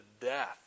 death